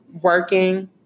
working